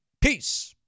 Peace